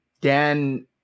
Dan